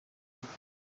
ibiti